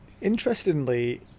Interestingly